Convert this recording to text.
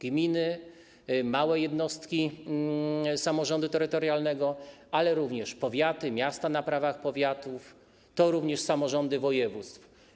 Gminy, małe jednostki samorządu terytorialnego, ale również powiaty, miasta na prawach powiatów, to również samorządy województw.